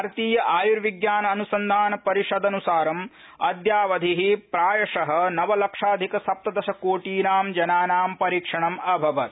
भारतीय आयुर्विज्ञान अनुसंधान परिषदनुसारं अद्यावधि प्रायश नवलक्षाधिकसप्तदशकोटीनां जनानां परीक्षणम् अभवत्